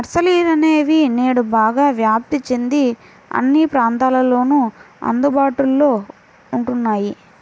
నర్సరీలనేవి నేడు బాగా వ్యాప్తి చెంది అన్ని ప్రాంతాలలోను అందుబాటులో ఉంటున్నాయి